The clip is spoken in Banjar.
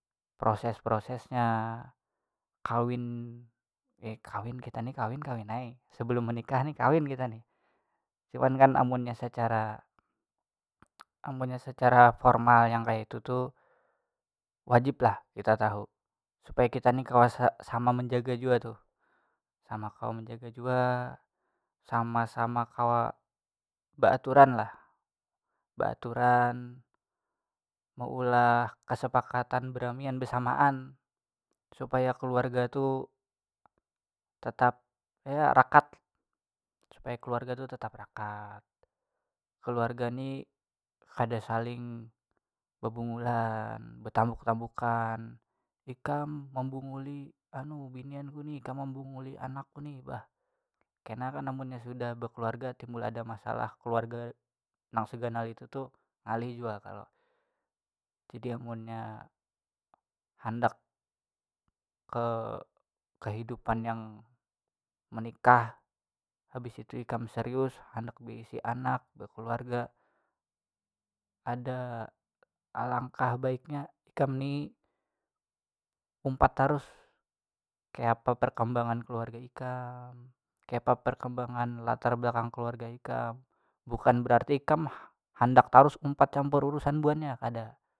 Proses prosesnya kawin eh kita ni kawin kawin ai sebelum menikah ni kawin kita ni, cuman kan amunnya secara amunnya secara formal yang kayatu tu wajib lah kita tahu supaya kita ni se- sama menjaga jua tu, sama kawa menjaga jua, sama sama kawa baaturan lah baaturan meulah kasapakatan beramian besamaan supaya keluarga tu tetap eya- rakat, supaya keluarga tu tetap rakat, keluarga ni kada saling bebungulan betambuk tambukan ikam membunguli anu binian ku ni ikam membunguli anakku ni bah kenakan amunnya sudah bakaluarga timbul ada masalah kaluarga nang seganal itu tu ngalih jua kalo jadi amunnya handak ke- kehidupan yang menikah habis itu ikam serius handak beisi anak tu bekeluarga ada alangkah baiknya ikam ni umpat tarus kayapa perkembangan keluarga ikam, kayapa perkembangan latar belakang keluarga ikam, bukan berarti kam ha- handak umpat tarus urusan buannya kada.